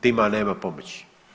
Tima nema pomoći.